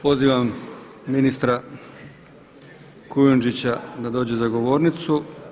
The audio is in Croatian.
Pozivam ministra Kujundžića da dođe za govornicu.